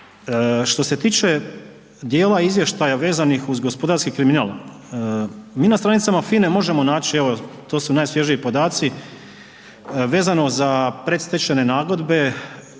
Što se tiče dijela izvještaja vezanih uz gospodarski kriminal, mi na stranicama FINA-e možemo naći, evo to su najsvježiji podaci vezano za predstečajne nagodbe